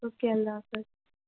okay اللہ حافظ